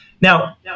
Now